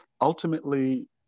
Ultimately